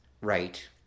right